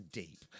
deep